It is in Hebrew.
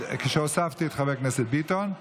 והוספתי את חבר הכנסת ביטון,